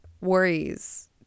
worries